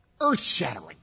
earth-shattering